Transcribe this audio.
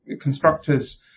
constructors